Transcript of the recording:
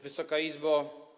Wysoka Izbo!